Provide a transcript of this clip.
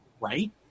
Right